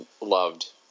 loved